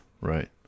right